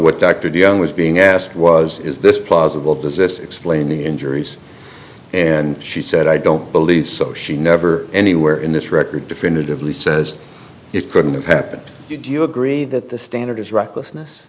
what dr de young was being asked was is this plausible does this explain the injuries and she said i don't believe so she never anywhere in this record definitively says it couldn't have happened did you agree that the standard is recklessness